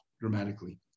dramatically